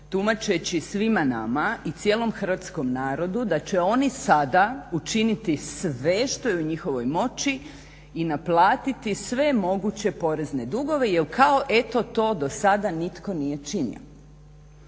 tumačeći svima nama i cijelom hrvatskom narodu da će oni sada učiniti sve što je u njihovoj moći i naplatiti sve moguće porezne dugove jer kao eto to do sada nitko nije činio.